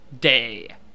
Day